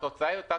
התוצאה זהה.